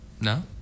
No